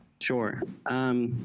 Sure